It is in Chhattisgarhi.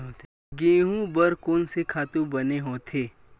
गेहूं बर कोन से खातु बने होथे?